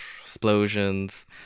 explosions